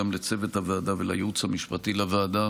גם לצוות הוועדה ולייעוץ המשפטי לוועדה